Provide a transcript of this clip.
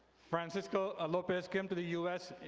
francisco ah lopez came to the u s.